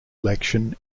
election